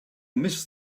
miss